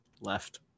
left